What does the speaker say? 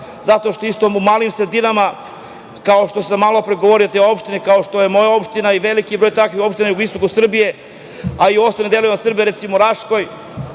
zato što isto u malim sredinama, kao što sam malo pre govorio, te opštine kao što je moja opština i veliki broj takvih opština na jugoistoku Srbije, a i u ostalim delovima Srbije, recimo Raškoj